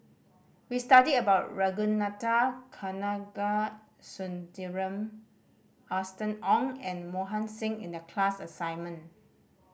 we studied about Ragunathar Kanagasuntheram Austen Ong and Mohan Singh in the class assignment